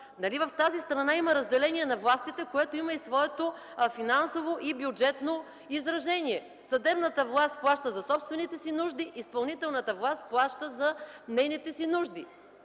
в тази страна има разделение на властите, което има и своето финансово и бюджетно изражение? Съдебната власт плаща за собствените си нужди, изпълнителната власт плаща за нейните си нужди.